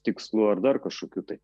tikslu ar dar kažkokiu tai